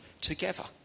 together